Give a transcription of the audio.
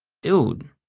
dude,